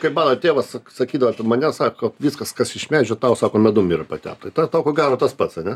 kaip mano tėvas sak sakydavo apie mane sako viskas kas iš medžio tau sako medum yra patepta tai tau ko gero tas pats ane